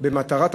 במטרת החוק,